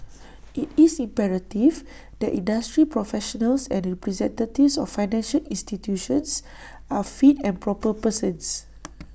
IT is imperative that industry professionals and representatives of financial institutions are fit and proper persons